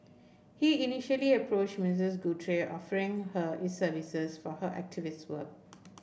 he initially approached Misses Guthrie offering her his services for her activists work